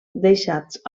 deixats